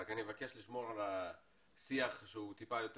רק אני מבקש לשמור על שיח שהוא טיפה יותר